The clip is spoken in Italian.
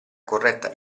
corretta